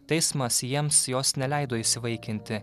teismas jiems jos neleido įsivaikinti